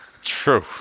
True